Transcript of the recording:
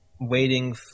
waiting